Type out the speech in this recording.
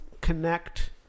connect